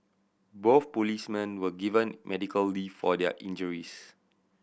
both policemen were given medical leave for their injuries